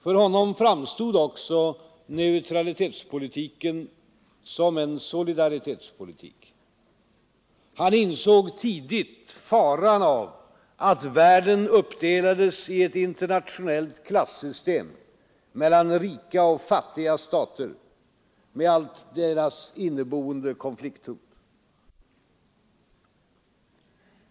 För honom framstod också neutralitetspolitiken som en solidaritetspolitik. Han insåg tidigt faran av att världen uppdelades i ett internationellt klassystem mellan rika och fattiga stater, med allt vad det innebär av inneboende konflikthot.